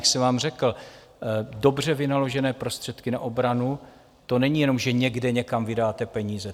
Jak se vám řekl, dobře vynaložené prostředky na obranu, to není jenom, že někde někam vydáte peníze.